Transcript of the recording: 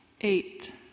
Eight